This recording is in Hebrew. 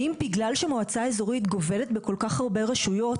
האם בגלל שמועצה אזורית גובלת בכל כך הרבה רשויות